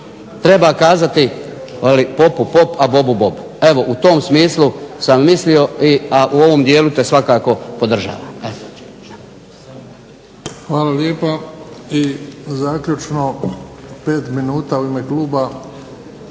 Treba kazati "popu pop, a bobu bob", evo u tom smislu sam mislio, a u ovom dijelu te svakako podržavam.